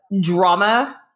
drama